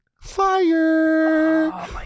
Fire